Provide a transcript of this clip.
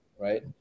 Right